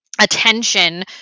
attention